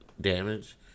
damage